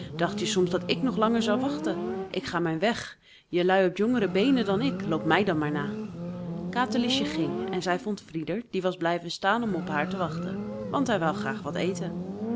dacht je soms dat ik nog langer zou wachten ik ga mijn weg jelui hebt jonger beenen dan ik loop mij dan maar na katerliesje ging en zij vond frieder die was blijven staan om op haar te wachten want hij wou graag wat eten